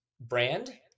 brand